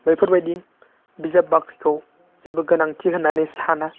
बेफोरबायदि बिजाब बाख्रिखौ जेबो गोनांथि होन्नानै साना